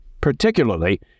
particularly